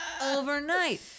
overnight